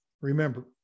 Remember